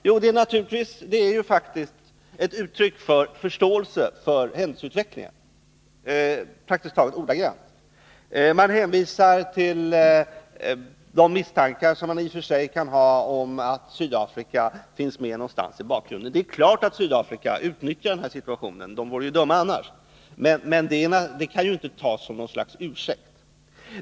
Jo, det är praktiskt taget ord för ord ett uttryck för förståelse för händelseutvecklingen. I svaret hänvisas till de misstankar som man i och för sig kan ha om att Sydafrika finns med någonstans i bakgrunden. Det är klart att Sydafrika utnyttjar situationen; något annat vore ju dumt. Men det kan ju inte tas som något slags ursäkt.